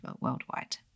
worldwide